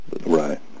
Right